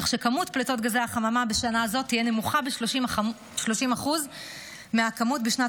כך שכמות פליטות גזי החממה בשנה הזאת תהיה נמוכה ב-30% מהכמות בשנת